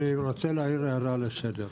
אני מבקש להעיר הערה לסדר.